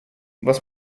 was